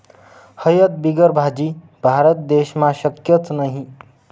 हयद बिगर भाजी? भारत देशमा शक्यच नही